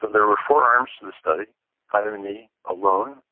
but there were four arms to this study vitamin e alone,